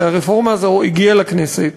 הרי הרפורמה הזו הגיעה לכנסת,